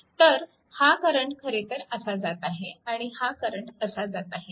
तर हा करंट खरेतर असा जात आहे आणि हा करंट असा जात आहे